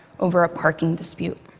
over a parking dispute.